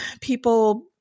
people